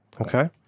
Okay